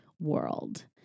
world